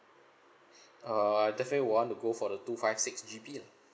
uh I definitely want to go for the two five six G_B lah